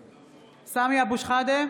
(קוראת בשמות חברי הכנסת) סמי אבו שחאדה,